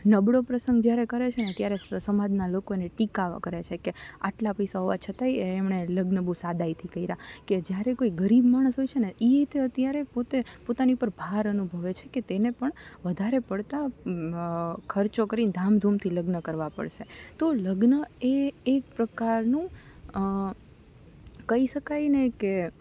નબળો પ્રસંગ જ્યારે કરે છે ને ત્યારે સમાજના લોકો એની ટીકાઓ કરે છે કે આટલા પૈસા હોવા છતાંય એમણે લગ્ન બહુ સાદાઈથી કર્યાં કે જ્યારે કોઈ ગરીબ માણસ હોય છે ને એ તે અત્યારે પોતે પોતાની પર ભાર અનુભવે છે કે તેને પણ વધારે પડતાં ખર્ચો કરીને ધામધૂમથી લગ્ન કરવા પડશે તો લગ્ન એ એક પ્રકારનું કહી શકાય ને કે